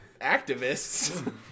Activists